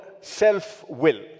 self-will